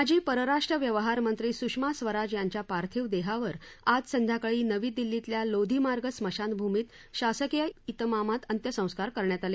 माजी परराष्ट्र व्यवहार मत्ती सुषमा स्वराज याच्या पार्थिव देहावर आज सध्याकाळी नवी दिल्लीतल्या लोधी मार्ग स्मशानभूमीत शासकीय इतमामात अखिसस्कार करण्यात आले